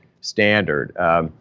standard